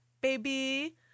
baby